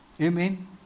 Amen